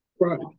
Right